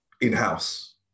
in-house